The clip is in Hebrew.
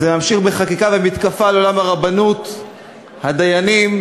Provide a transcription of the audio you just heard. וזה ממשיך בחקיקה ומתקפה על עולם הרבנות, הדיינים.